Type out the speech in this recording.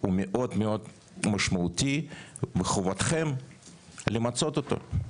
הוא מאוד מאוד משמעותי, וחובתכם למצות אותו.